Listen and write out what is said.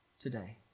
today